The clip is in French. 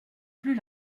plus